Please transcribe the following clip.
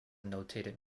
notated